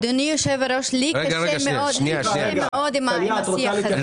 אדוני היושב-ראש, לי קשה מאוד עם השיח הזה.